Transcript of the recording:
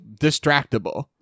distractible